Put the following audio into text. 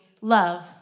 love